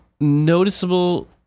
noticeable